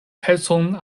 pecon